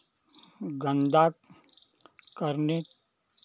गन्दा करने